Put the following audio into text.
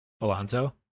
alonso